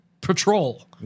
patrol